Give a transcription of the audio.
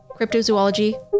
cryptozoology